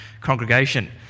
congregation